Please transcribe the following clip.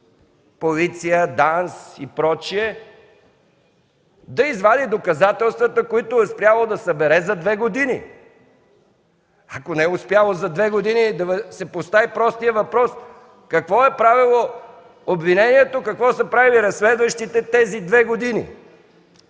полиция, ДАНС и прочие, да извади доказателствата, които е трябвало да събере за 2 години. Ако не е успяло за 2 години, да се постави простият въпрос –какво е правило обвинението, какво са правили разследващите в тези 2 години,